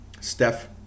Steph